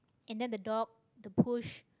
and then the dog the push